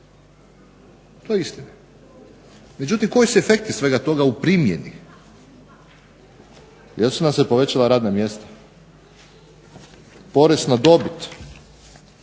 To je istina. Međutim, koji su efekti svega toga u primjeni? Jesu nam se povećala radna mjesta? Porez na dobit